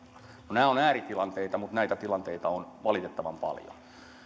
nämä ovat ääritilanteita mutta näitä tilanteita on valitettavan paljon